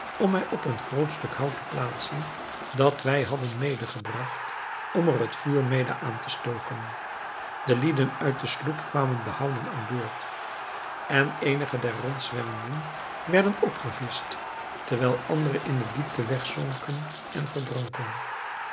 om mij op een groot stuk hout te plaatsen dat wij hadden medegebragt om er het vuur mede aan te stoken de lieden uit de sloep kwamen behouden aan boord en eenige der rondzwemmenden werden opgevischt terwijl andere in de diepte wegzonken en verdronken